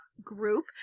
group